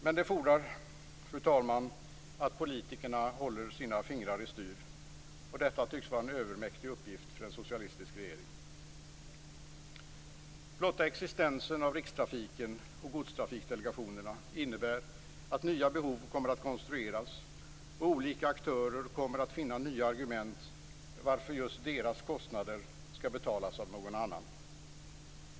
Men det fordrar, fru talman, att politikerna håller sina fingrar i styr, och detta tycks vara en övermäktig uppgift för en socialistisk regering. Blotta existensen av rikstrafiken och Godstrafikdelegationen innebär att nya behov kommer att konstrueras och olika aktörer kommer att finna nya argument för varför just deras kostnader skall betalas av någon annan.